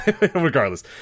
regardless